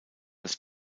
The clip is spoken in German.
des